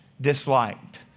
disliked